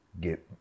get